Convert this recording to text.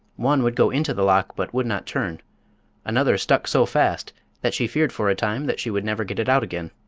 one would go into the lock but would not turn another stuck so fast that she feared for a time that she would never get it out again.